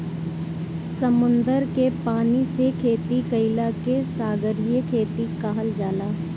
समुंदर के पानी से खेती कईला के सागरीय खेती कहल जाला